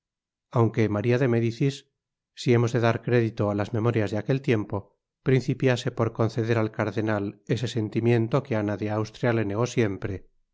aunque maría de médicis si hemos de dar crédito á las memorias de aquel tiempo principiase por conceder al cardenal ese sentimiento que ana de austria le negó siempre